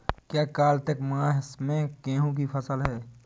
क्या कार्तिक मास में गेहु की फ़सल है?